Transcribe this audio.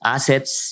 Assets